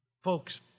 Folks